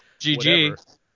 GG